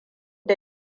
da